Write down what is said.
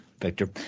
Victor